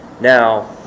Now